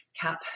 CAP